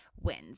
wins